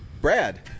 Brad